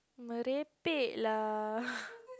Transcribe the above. lah